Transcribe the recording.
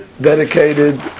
dedicated